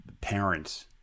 parents